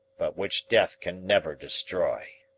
but which death can never destroy.